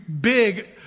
big